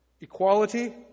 equality